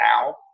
now